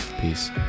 peace